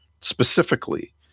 specifically